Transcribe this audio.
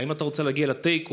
האם אתה רוצה להגיע לתיקו?